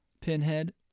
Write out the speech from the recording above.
pinhead